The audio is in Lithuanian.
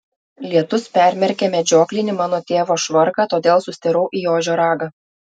lietus permerkė medžioklinį mano tėvo švarką todėl sustirau į ožio ragą